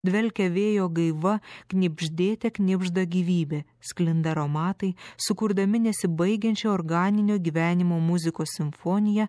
dvelkia vėjo gaiva knibždėte knibžda gyvybė sklinda aromatai sukurdami nesibaigiančią organinio gyvenimo muzikos simfoniją